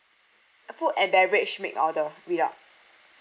food and beverage make order ya